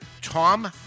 Tom